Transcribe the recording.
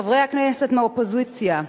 חברי הכנסת מהאופוזיציה,